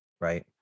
right